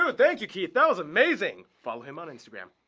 ah thank you keith. that was amazing. follow him on instagram.